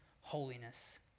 holiness